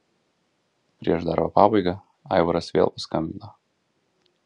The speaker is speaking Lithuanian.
prieš darbo pabaigą aivaras vėl paskambino